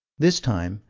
this time,